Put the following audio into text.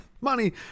money